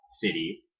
city